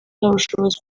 ubushobozi